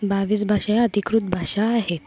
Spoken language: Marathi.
बावीस भाषा ह्या अधिकृत भाषा आहेत